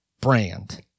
brand